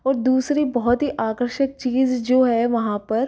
और दूसरी बहुत ही आकर्षक चीज़ जो है वहाँ पर